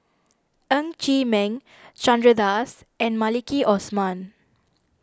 Ng Chee Meng Chandra Das and Maliki Osman